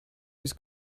was